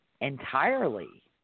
entirely